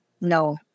No